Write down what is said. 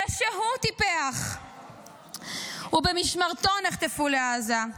זה שהוא טיפח ובמשמרתו נחטפו לעזה.